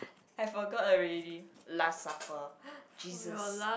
I forgot already last supper Jesus